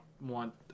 want